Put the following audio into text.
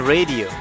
Radio